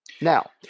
Now